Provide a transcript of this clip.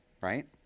right